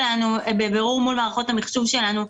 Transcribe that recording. בבירור מול מערכות המחשוב שלנו,